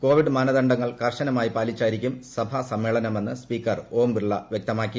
Covid മാനദണ്ഡങ്ങൾ കർശനമായി പാലിച്ചായിരിക്കും സഭാ സമ്മേളനമെന്ന് സ്പീക്കർ ഓം ബിർള വ്യക്തമാക്കി